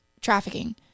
trafficking